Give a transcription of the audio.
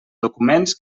documents